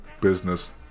business